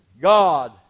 God